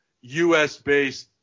U.S.-based